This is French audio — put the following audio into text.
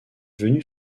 venu